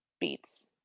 beats